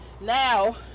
now